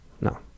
No